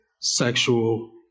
sexual